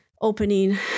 opening